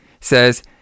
says